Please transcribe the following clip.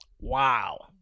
wow